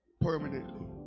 permanently